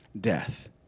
death